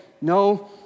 no